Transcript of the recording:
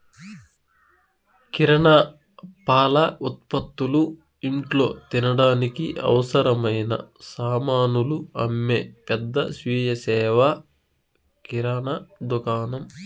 కిరణా, పాల ఉత్పతులు, ఇంట్లో తినడానికి అవసరమైన సామానులు అమ్మే పెద్ద స్వీయ సేవ కిరణా దుకాణం